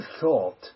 thought